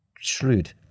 shrewd